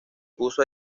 puso